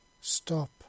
Stop